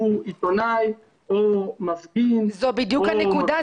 עיתונאי או מפגין --- זו בדיוק הנקודה,